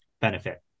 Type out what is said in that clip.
benefit